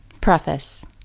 Preface